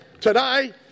today